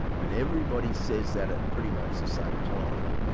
when everybody says that at pretty much the same time,